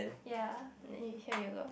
ya eh here you go